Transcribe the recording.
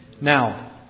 Now